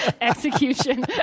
execution